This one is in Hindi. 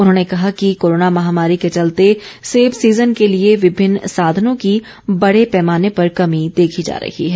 उन्होंने कहा कि कोरोना महामारी के चलते सेब सीजन के लिए विभिन्न साधनों की बड़े पैमाने पर कमी देखी जा रही है